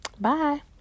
Bye